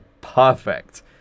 perfect